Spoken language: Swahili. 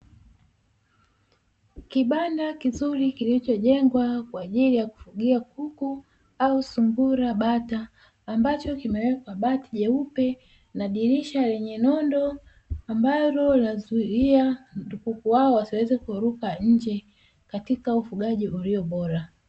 Kibanda kizuri kilichojengwa kwa ajili ya kufugia kuku au sungura bata, ambacho kimewekwa bati jeupe na dirisha lenye nondo, ambalo linazuia kuku hao wasiweze kuruka nje, katika ufugaji ulio bora.